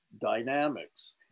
dynamics